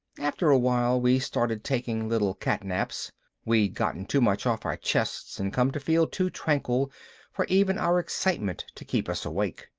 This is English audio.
after a while we started taking little catnaps we'd gotten too much off our chests and come to feel too tranquil for even our excitement to keep us awake.